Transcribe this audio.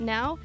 Now